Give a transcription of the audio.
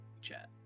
Chat